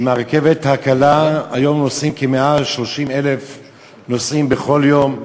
ברכבת הקלה נוסעים מעל 30,000 נוסעים בכל יום,